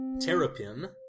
Terrapin